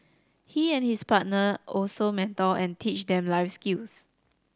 he and his partner also mentor and teach them life skills